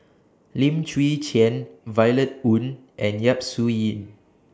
Lim Chwee Chian Violet Oon and Yap Su Yin